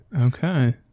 Okay